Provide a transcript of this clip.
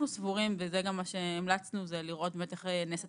אנחנו סבורים וגם המלצנו לראות איך נעשית